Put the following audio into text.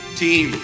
team